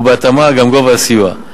ובהתאמה גם גובה הסיוע.